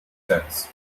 sens